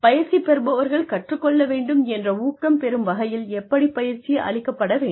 பயிற்சி பெறுபவர்கள் கற்றுக்கொள்ள வேண்டும் என்ற ஊக்கம் பெறும் வகையில் எப்படி பயிற்சி அளிக்கப்பட வேண்டும்